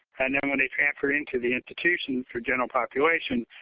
and then when they transfer into the institution for general population,